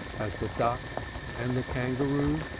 as the duck and the kangaroo?